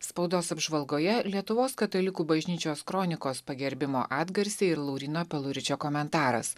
spaudos apžvalgoje lietuvos katalikų bažnyčios kronikos pagerbimo atgarsiai ir lauryno peluričio komentaras